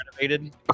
renovated